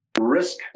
risk